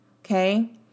Okay